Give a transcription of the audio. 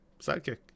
Sidekick